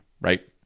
right